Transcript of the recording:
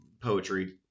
poetry